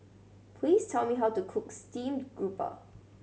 please tell me how to cook steamed grouper